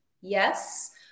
yes